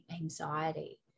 anxiety